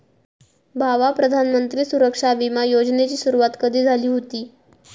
भावा, प्रधानमंत्री सुरक्षा बिमा योजनेची सुरुवात कधी झाली हुती